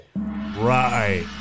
Right